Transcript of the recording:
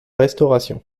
restauration